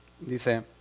Dice